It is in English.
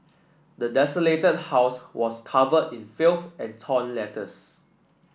the desolated house was covered in filth and torn letters